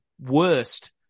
worst